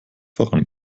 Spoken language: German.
voran